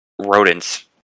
rodents